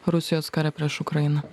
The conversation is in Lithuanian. rusijos kare prieš ukrainą